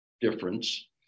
difference